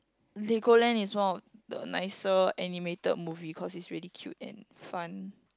Legoland is one of the nicer animated movie cause is really cute and fun